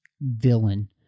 villain